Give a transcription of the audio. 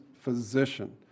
physician